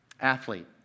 Athlete